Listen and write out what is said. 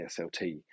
slt